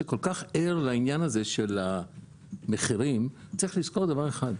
שכל-כך ער לדבר הזה של המחירים צריך לזכור דבר אחד.